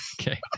Okay